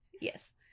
Yes